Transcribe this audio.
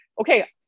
okay